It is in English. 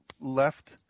left